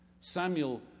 Samuel